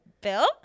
Bill